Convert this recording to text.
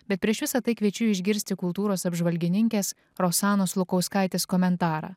bet prieš visa tai kviečiu išgirsti kultūros apžvalgininkės rosanos lukauskaitės komentarą